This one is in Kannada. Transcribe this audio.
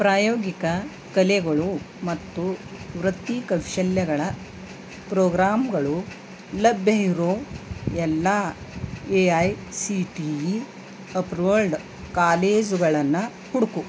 ಪ್ರಾಯೋಗಿಕ ಕಲೆಗಳು ಮತ್ತು ವೃತ್ತಿಕೌಶಲ್ಯಗಳ ಪ್ರೋಗ್ರಾಮ್ಗಳು ಲಭ್ಯ ಇರೋ ಎಲ್ಲ A I C T E approved ಕಾಲೇಜುಗಳನ್ನು ಹುಡುಕು